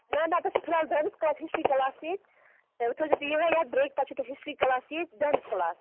نَہ نَہ تۄہہِ چھُ فِلحال ڈانس کٕلاس ہسٹری کٕلاس دِنۍ تُہۍ تھٲویو یُہاے یاد بریکہِ پَتہٕ چھُو تۄہہ ہسٹری کٕلاس بیٚیہِ ڈانس کٕلاس